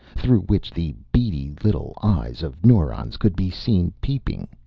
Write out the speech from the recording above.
through which the beady little eyes of neurons could be seen peeping,